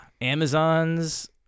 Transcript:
Amazon's